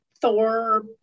thor